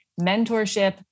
mentorship